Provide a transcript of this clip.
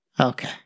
Okay